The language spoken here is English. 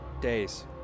Days